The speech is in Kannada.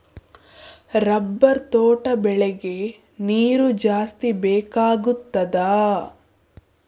ರಬ್ಬರ್ ತೋಟ ಬೆಳೆಗೆ ನೀರು ಜಾಸ್ತಿ ಬೇಕಾಗುತ್ತದಾ?